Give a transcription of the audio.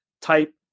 type